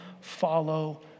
follow